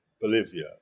Bolivia